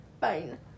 Fine